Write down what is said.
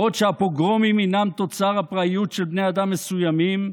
בעוד שהפוגרומים הינם תוצר הפראיות של בני אדם מסוימים,